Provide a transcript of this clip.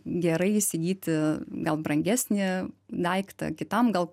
gerai įsigyti gal brangesnį daiktą kitam gal